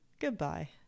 Goodbye